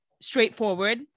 straightforward